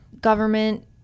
government